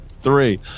three